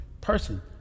person